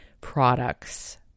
Products